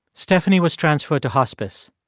stephanie was transferred to hospice.